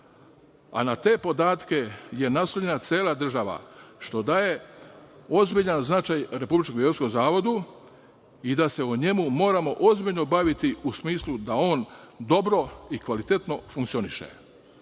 a na te podatke je naslonjena cela država, što daje ozbiljan značaj Republičkom geodetskom zavodu i da se o njemu moramo ozbiljno baviti, u smislu da on dobro i kvalitetno funkcioniše. Hoću